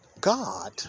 god